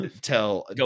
tell